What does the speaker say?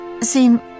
seem